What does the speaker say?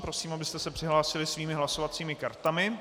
Prosím, abyste se přihlásili svými hlasovacími kartami.